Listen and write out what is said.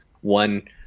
one